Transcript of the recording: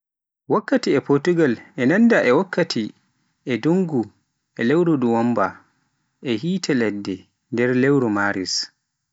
Wakkati potugal e nanda e wakkati e ndunngu e lewru nuwamba, yiite ladde nder lewru maris.